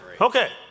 Okay